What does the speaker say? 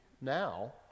now